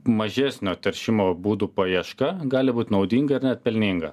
mažesnio teršimo būdų paieška gali būt naudinga ir net pelninga